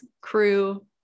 crew